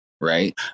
right